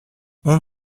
اون